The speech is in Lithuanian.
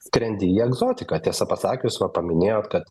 skrendi į egzotiką tiesą pasakius va paminėjot kad